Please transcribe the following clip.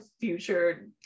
future